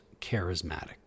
charismatic